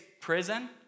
prison